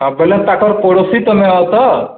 ହଁ ବୋଇଲଲେ ତାଙ୍କର ପଡ଼ୋଶୀ ତମେହ ତ